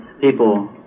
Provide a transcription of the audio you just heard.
people